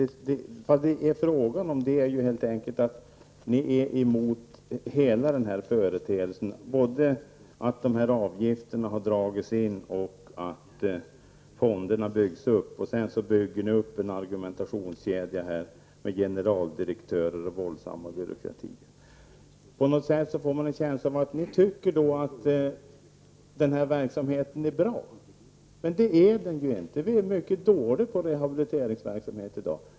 Vad det gäller är ju att ni är emot hela den här företeelsen, både avgifterna och fonderna. På det bygger ni en argumentationskedja och talar om generaldirektörer och en våldsam byråkrati. Man får en känsla av att ni på något sätt tycker att den nuvarande verksamheten är bra. Men så är det ju inte. Vi är i dag mycket dåliga på rehabiliteringsverksamhet.